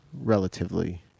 relatively